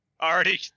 Already